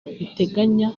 riteganya